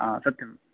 सत्यम्